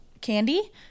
candy